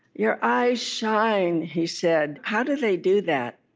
your eyes shine he said. how do they do that?